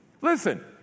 Listen